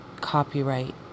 copyright